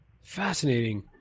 Fascinating